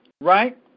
right